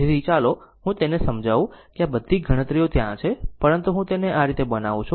તેથી ચાલો હું તેને સમજાવું કે આ બધી ગણતરીઓ ત્યાં છે પરંતુ હું તેને આ રીતે બનાવું છું